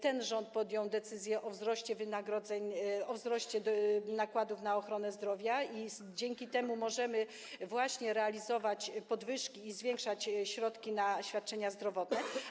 Ten rząd podjął decyzję o wzroście wynagrodzeń, o wzroście nakładów na ochronę zdrowia i dzięki temu możemy właśnie realizować podwyżki i zwiększać środki na świadczenia zdrowotne.